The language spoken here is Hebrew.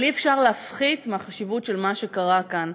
אבל אי-אפשר להפחית מהחשיבות של מה שקרה כאן,